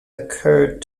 occurred